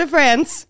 France